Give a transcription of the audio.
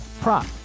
prop